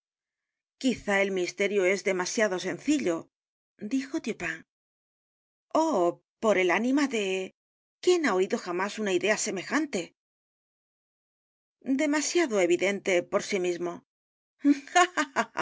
quizá el misterio es demasiado sencillo dijo dupin oh por el ánima d e quién ha oído jamás una idea semejante demasiado evidente por sí mismo